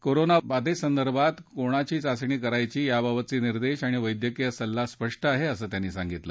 corona बाधेसंदर्भात कोणाची चाचणी करायची याबाबतचे निर्देश आणि वैद्यकीय सल्ला स्पष्ट आहे असं त्यांनी सांगितलं